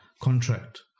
contract